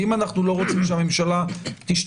ואם אנחנו לא רוצים שהממשלה תשתמש